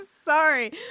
sorry